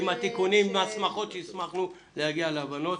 עם התיקונים ועם ההסמכות שהסמכנו להגיע להבנות?